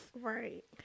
Right